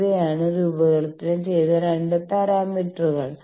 ഇവയാണ് രൂപകൽപ്പന ചെയ്ത 2 പാരാമീറ്ററുകൾ